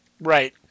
Right